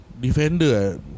Defender